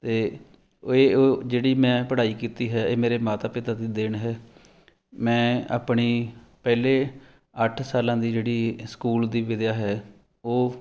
ਅਤੇ ਇਹ ਉਹ ਜਿਹੜੀ ਮੈਂ ਪੜ੍ਹਾਈ ਕੀਤੀ ਹੈ ਇਹ ਮੇਰੇ ਮਾਤਾ ਪਿਤਾ ਦੀ ਦੇਣ ਹੈ ਮੈਂ ਆਪਣੀ ਪਹਿਲੇ ਅੱਠ ਸਾਲਾਂ ਦੀ ਜਿਹੜੀ ਸਕੂਲ ਦੀ ਵਿੱਦਿਆ ਹੈ ਉਹ